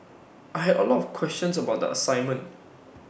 I had A lot of questions about the assignment